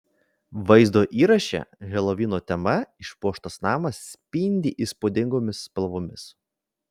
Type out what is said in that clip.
vaizdo įraše helovino tema išpuoštas namas spindi įspūdingomis spalvomis